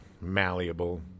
malleable